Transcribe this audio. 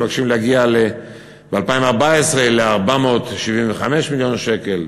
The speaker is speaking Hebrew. מבקשים להגיע ב-2014 ל-475 מיליון שקלים.